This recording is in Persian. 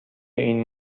این